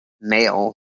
male